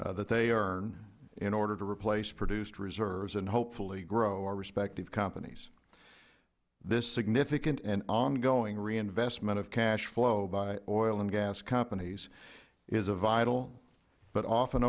dollarandsome that they earn in order to replace produced reserves and hopefully grow our prospective companies this significant and ongoing reinvestment of cash flow by oil and gas companies is a vital but often